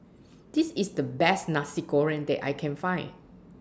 This IS The Best Nasi Goreng that I Can Find